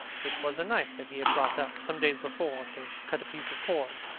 it was a knife that he had brought up, some days before, to cut a piece of cord,